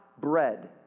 bread